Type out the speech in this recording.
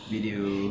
video